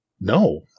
No